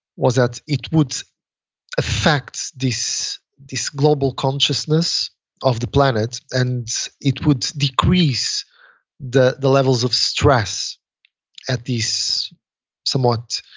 was that it would affect this this global consciousness of the planet and it would decrease the the levels of stress at these somewhat